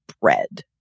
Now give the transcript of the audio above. bread